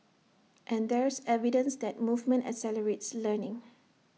and there's evidence that movement accelerates learning